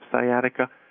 sciatica